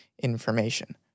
information